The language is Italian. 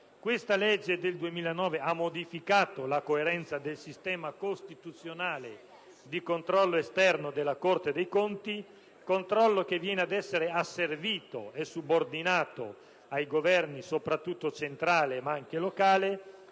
suddetta legge del 2009 ha modificato la coerenza del sistema costituzionale e di controllo esterno della Corte dei conti, che viene ad essere asservito e subordinato soprattutto al Governo centrale ma anche locale